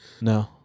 No